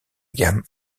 gamme